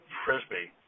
frisbee